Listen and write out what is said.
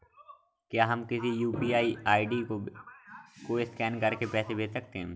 क्या हम किसी यू.पी.आई आई.डी को स्कैन करके पैसे भेज सकते हैं?